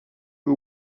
who